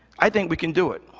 i think we can do it.